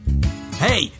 Hey